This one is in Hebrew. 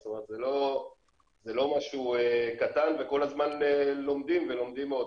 זאת אומרת זה לא משהו קטן וכל הזמן לומדים ולומדים עוד.